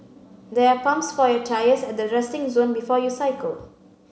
there are pumps for your tyres at the resting zone before you cycle